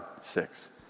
six